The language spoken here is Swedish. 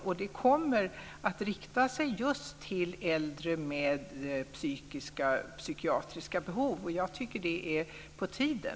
Detta kommer att rikta sig just till äldre med behov av psykiatrisk vård. Jag tycker att det är på tiden.